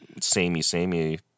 samey-samey